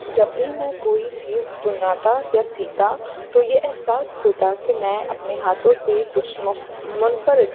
جب بھی میں کوئی چیز بناتا یا سیتا تو یہ احساس ہوتا کہ میں اپنے ہاتھوں سے کچھ مف منفرد